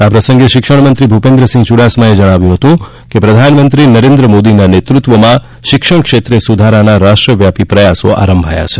આ પ્રસંગે શિક્ષણ મંત્રી ભૂપેન્દ્રસિંહ ચૂડાસમાએ જણાવ્યું હતું કે પ્રધાનમંત્રી નરેન્દ્ર મોદીના નેતૃત્વમાં શિક્ષણ ક્ષેત્રે સુધારાના રાષ્ટ્રવ્યાપી પ્રયાસો આરંભાયા છે